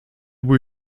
bój